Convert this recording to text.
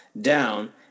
down